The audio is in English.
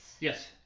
Yes